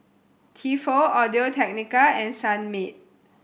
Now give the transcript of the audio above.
Tefal Audio Technica and Sunmaid